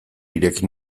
ireki